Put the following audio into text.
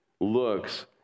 looks